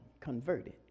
converted